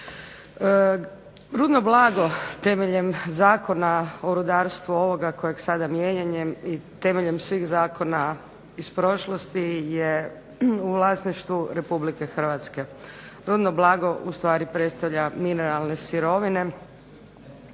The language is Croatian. Rudno blago temeljem Zakona o rudarstvu, ovoga kojeg sada mijenjanjem i temeljem svih zakona iz prošlosti je u vlasništvu Republike Hrvatske. Rudno blago ustvari predstavlja mineralne sirovine,